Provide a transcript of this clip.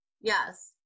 Yes